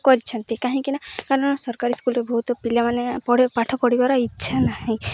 କରିଛନ୍ତି କାହିଁକି ନା କାରଣ ସରକାରୀ ସ୍କୁଲ୍ରେ ବହୁତ ପିଲାମାନେ ପଢ଼େ ପାଠ ପଢ଼ିବାର ଇଚ୍ଛା ନାହିଁ